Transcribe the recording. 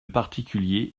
particulier